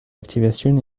activation